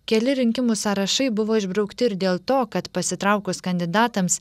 keli rinkimų sąrašai buvo išbraukti ir dėl to kad pasitraukus kandidatams